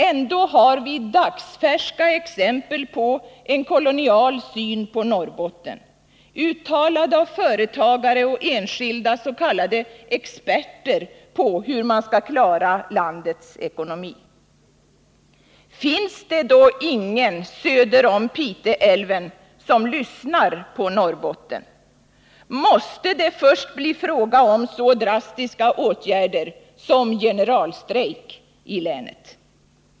Ändå har vi dagsfärska exempel på en kolonial syn på Norrbotten, uttalad av företagare och enskilda s.k. experter på hur man skall klara landets ekonomi. Finns det då ingen söder om Piteälven som lyssnar på Norrbotten? Måste det först bli en fråga om så drastiska åtgärder som generalstrejk i länet?